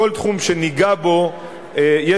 בכל תחום שניגע יש עשייה,